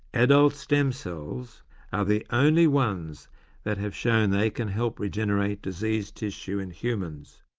adult stem cells are the only ones that have shown they can help regenerate diseased tissue in humans.